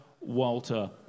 Walter